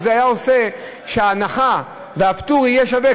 הרי זה היה עושה שההנחה והפטור יהיו שווים,